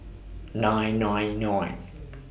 nine nine nine